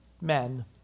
men